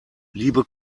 liebe